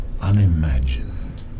unimagined